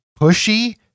pushy